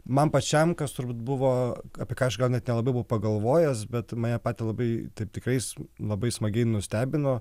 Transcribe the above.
man pačiam kas turbūt buvo apie ką aš gal net nelabai buvau pagalvojęs bet mane patį labai taip tikrais labai smagiai nustebino